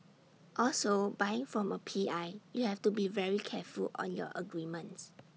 also buying from A P I you have to be very careful on your agreements